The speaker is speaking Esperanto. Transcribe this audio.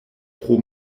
pro